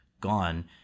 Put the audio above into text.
gone